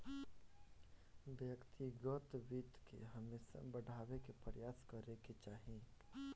व्यक्तिगत वित्त के हमेशा बढ़ावे के प्रयास करे के चाही